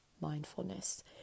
mindfulness